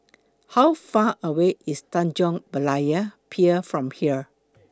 How Far away IS Tanjong Berlayer Pier from here